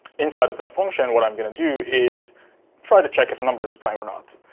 inside of that function, what i'm going to do is try to check if a number is prime or not.